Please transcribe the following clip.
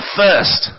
first